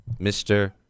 Mr